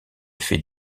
fait